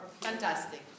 Fantastic